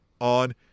on